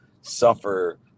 suffer